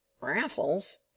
Raffles